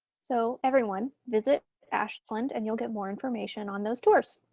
so everyone, visit ashland and you'll get more information on those tours.